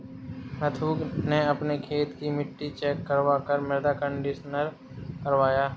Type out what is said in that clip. नथु ने अपने खेत की मिट्टी चेक करवा कर मृदा कंडीशनर करवाया